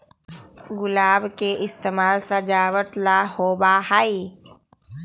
गुलाब के इस्तेमाल सजावट ला होबा हई